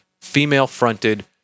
female-fronted